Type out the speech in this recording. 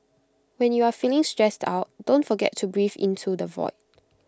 when you are feeling stressed out don't forget to breathe into the void